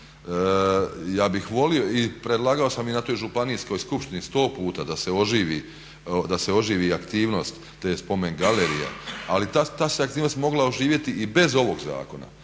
Ja bih volio, i predlagao sam i na toj županijskoj skupštini 100 puta da se oživi aktivnost te spomen galerije ali ta se aktivnost mogla oživjeti i bez ovog zakona.